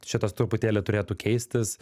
šitas truputėlį turėtų keistis